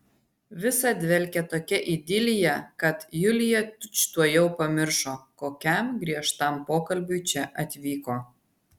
visa dvelkė tokia idilija kad julija tučtuojau pamiršo kokiam griežtam pokalbiui čia atvyko